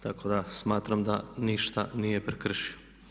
Tako da smatram da ništa nije prekršio.